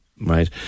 Right